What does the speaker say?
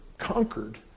conquered